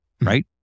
right